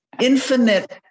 infinite